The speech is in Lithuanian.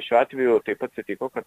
šiuo atveju taip atsitiko kad